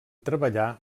treballar